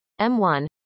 M1